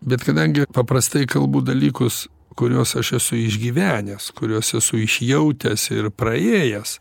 bet kadangi paprastai kalbu dalykus kuriuos aš esu išgyvenęs kuriuos esu išjautęs ir praėjęs